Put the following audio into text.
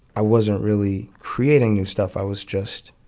i wasn't really creating new stuff. i was just,